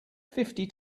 fifty